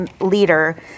leader